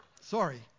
Sorry